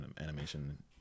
animation